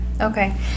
okay